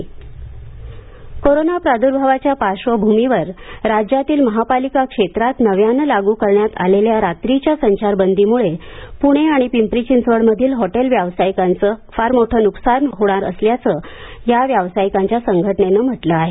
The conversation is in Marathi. हॉटेल निर्बंध कोरोना प्रादूर्भावाच्या पार्श्वभूमीवर राज्यातील महापालिका क्षेत्रात नव्यानं लागू करण्यात आलेल्या रात्रीच्या संचारबंदीमुळे पुणे आणि पिंपरी चिंचवड मधील हॉटेल व्यावसायिकांचं मोठं नुकसान होणार असल्याचं या व्यावसायिकांच्या संघटनेनं म्हटलं आहे